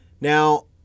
Now